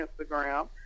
Instagram